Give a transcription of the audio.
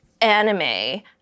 anime